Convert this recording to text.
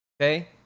okay